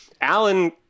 Alan